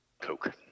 Coke